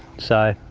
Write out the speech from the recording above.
so,